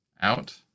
out